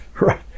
right